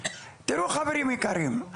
תראו חברים יקרים,